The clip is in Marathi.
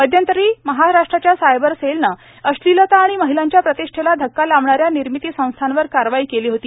मध्यंतरी महाराष्ट्राच्या सायबर सेलनं अश्लीलता आणि महिलांच्या प्रतिष्ठेला धक्का लावणाऱ्या निर्मिती संस्थांवर कारवाई केली होती